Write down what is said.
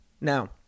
Now